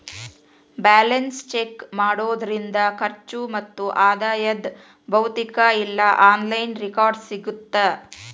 balance check ಮಾಡೋದ್ರಿಂದ ಖರ್ಚು ಮತ್ತ ಆದಾಯದ್ ಭೌತಿಕ ಇಲ್ಲಾ ಆನ್ಲೈನ್ ರೆಕಾರ್ಡ್ಸ್ ಸಿಗತ್ತಾ